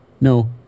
No